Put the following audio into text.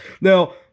Now